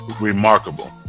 remarkable